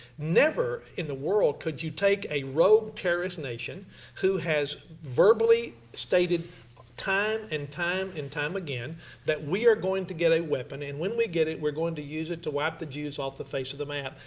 never, in the world could you take a rogue, terrorist nation who has verbally stated time, and time, and time again that we are going to get a weapon and when we get it we are going to use it to wipe the jews off the face of the map.